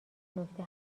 نکته